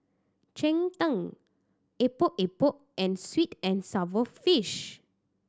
cheng tng Epok Epok and sweet and sour fish